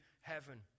heaven